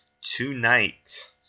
tonight